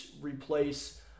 replace